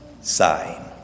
sign